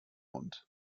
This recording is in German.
mund